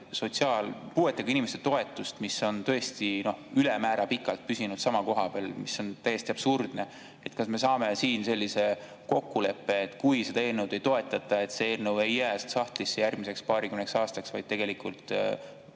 seda puuetega inimeste toetust, mis on tõesti ülemäära pikalt püsinud sama koha peal ja on täiesti absurdne? Kas me saame siin sellise kokkuleppe, et kui seda eelnõu ei toetata, siis see [idee] ei jää sahtlisse järgmiseks paarikümneks aastaks, vaid tegelikult